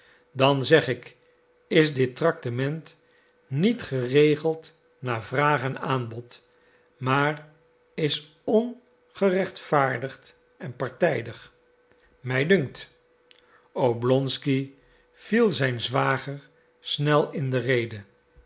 dan zeg ik is dit tractement niet geregeld naar vraag en aanbod maar is ongerechtvaardigd en partijdig mij dunkt oblonsky viel zijn zwager snel in de rede